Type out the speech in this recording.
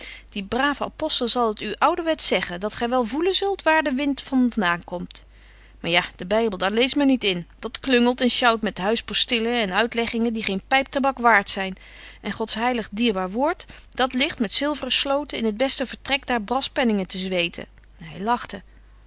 die brave apostel zal het u zo ouwerwets zeggen dat gy wel voelen zult waar de wind van daan komt maar ja de bybel daar leest men niet in dat klungelt en sjouwt met huispostillen en uitleggingen die geen pyp tabak waart zyn en gods heilig dierbaar woord dat ligt met zilveren sloten in het beste vertrek daar braspenningen te zweten